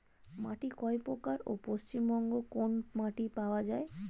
মাটি কয় প্রকার ও পশ্চিমবঙ্গ কোন মাটি পাওয়া য়ায়?